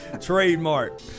trademark